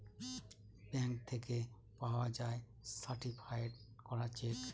bank থেকে পাওয়া যায় সার্টিফায়েড করা চেক